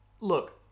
look